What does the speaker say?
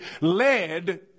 led